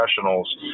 professionals